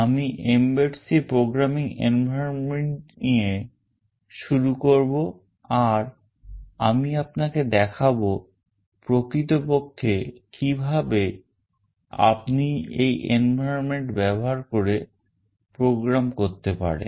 আমি mbed C Programming Environment নিয়ে শুরু করবো আর আমি আপনাকে দেখাবো প্রকৃতপক্ষে কিভাবে আপনি এই environment ব্যবহার করে program করতে পারেন